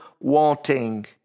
wanting